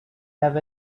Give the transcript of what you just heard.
have